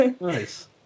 Nice